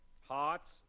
hearts